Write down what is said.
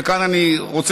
וכאן אני רוצה,